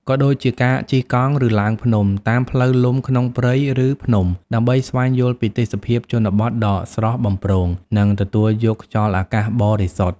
ក៏ដូចជាការជិះកង់ ឬឡើងភ្នំ តាមផ្លូវលំក្នុងព្រៃ ឬភ្នំ ដើម្បីស្វែងយល់ពីទេសភាពជនបទដ៏ស្រស់បំព្រង និងទទួលយកខ្យល់អាកាសបរិសុទ្ធ។